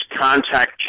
contact